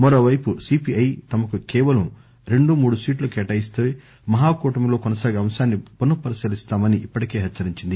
మరోవైపు సిపిఐ తమకు కేవలం రెండు మూడు సీట్లు కేటాయిస్తే మహాకూటమి లో కొనసాగే అంశాన్ని పునఃపరిశీలిస్తామని ఇప్పటికే హెచ్చరించింది